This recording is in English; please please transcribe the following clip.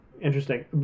Interesting